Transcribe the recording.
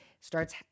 starts